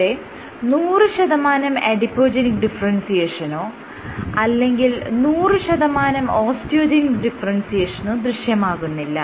ഇവിടെ നൂറ് ശതമാനം അഡിപോജെനിക് ഡിഫറെൻസിയേഷനോ അല്ലെങ്കിൽ നൂറ് ശതമാനം ഓസ്റ്റിയോജെനിക് ഡിഫറെൻസിയേഷനോ ദൃശ്യമാകുന്നില്ല